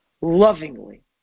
lovingly